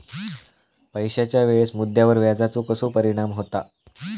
पैशाच्या वेळेच्या मुद्द्यावर व्याजाचो कसो परिणाम होता